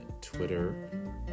Twitter